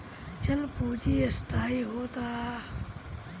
चल पूंजी अस्थाई होत हअ